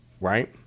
right